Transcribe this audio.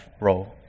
role